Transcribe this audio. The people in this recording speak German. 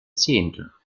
zehnte